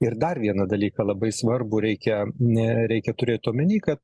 ir dar vieną dalyką labai svarbų reikia reikia turėt omenyje kad